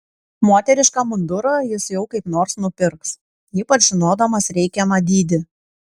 moterišką mundurą jis jau kaip nors nupirks ypač žinodamas reikiamą dydį